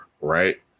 Right